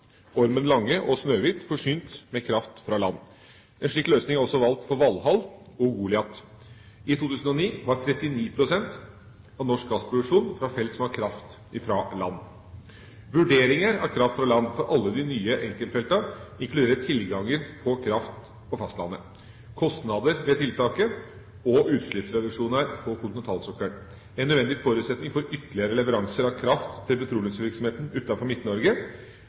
Lange og Snøhvit forsynt med kraft fra land. En slik løsning er også valgt for Valhall og Goliat. I 2009 var 39 pst. av norsk gassproduksjon fra felt som har kraft fra land. Vurderinger av kraft fra land for alle de nye enkeltfeltene inkluderer tilgangen på kraft på fastlandet, kostnader ved tiltaket og utslippsreduksjoner på kontinentalsokkelen. En nødvendig forutsetning for ytterligere leveranser av kraft til petroleumsvirksomheten